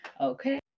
Okay